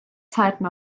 zeiten